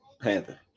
Panther